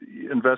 invest